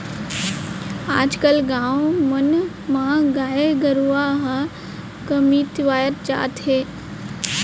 आज कल गाँव मन म गाय गरूवा ह कमतियावत जात हे